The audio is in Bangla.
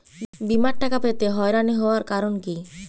বিমার টাকা পেতে হয়রানি হওয়ার কারণ কি?